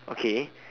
okay